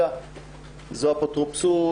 זו אפוטרופסות,